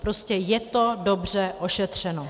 Prostě je to dobře ošetřeno.